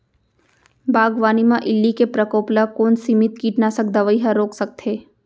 बागवानी म इल्ली के प्रकोप ल कोन सीमित कीटनाशक दवई ह रोक सकथे?